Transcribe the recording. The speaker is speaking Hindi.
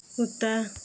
कुत्ता